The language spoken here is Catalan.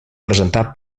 presentar